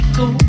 go